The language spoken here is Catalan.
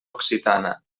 occitana